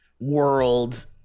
world